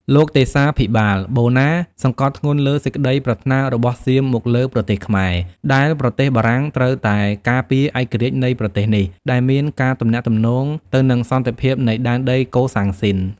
លោកទេសាភិបាល បូណាសង្កត់ធ្ងន់លើសេចក្ដីប្រាថ្នារបស់សៀមមកលើប្រទេសខ្មែរ ដែលប្រទេសបារាំងត្រូវតែការពារឯករាជ្យនៃប្រទេសនេះ ដែលមានការទំនាក់ទំនងទៅនឹងសន្តិភាពនៃដែនដីកូសាំងស៊ីន។